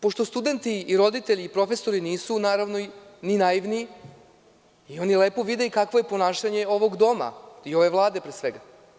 Pošto studenti i profesori i roditelji nisu naivni i oni lepo vide i kakvo je ponašanje ovog doma i ove Vlade, pre svega.